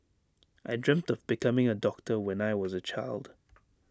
I dreamt of becoming A doctor when I was A child